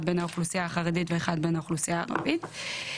אחד בן האוכלוסייה החרדית ואחד בן האוכלוסייה הערבית,